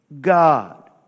God